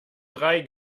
drei